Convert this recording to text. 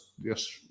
yes